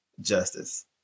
justice